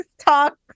talk